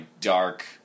dark